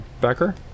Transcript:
Becker